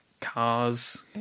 Cars